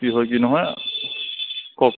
কি হয় কি নহয় কওক